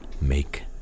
make